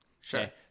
Sure